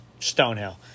Stonehill